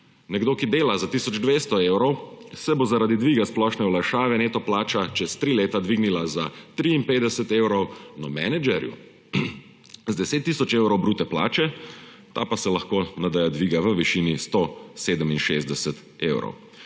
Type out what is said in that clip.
Nekomu, ki dela za tisoč 200 evrov, se bo zaradi dviga splošne olajšave neto plača čez tri leta dvignila za 53 evrov, no, menedžer z 10 tisoč evri bruto plače pa se lahko nadeja dviga v višini 167 evrov.